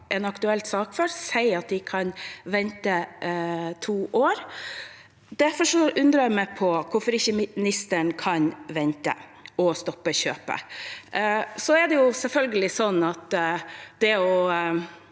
en aktuell sak for, sier at de kan vente to år. Derfor undrer det meg hvorfor ikke ministeren kan vente og stoppe kjøpet. Det å stoppe et